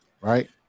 right